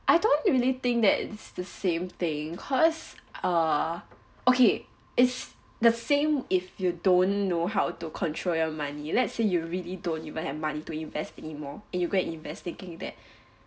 I don't really think that it's the same thing cause err okay it's the same if you don't know how to control your money let's say you really don't even have money to invest anymore and you go and invest thinking that